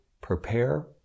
prepare